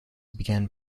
began